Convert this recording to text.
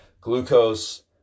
Glucose